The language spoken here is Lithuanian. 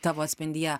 tavo atspindyje